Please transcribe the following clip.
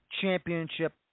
championship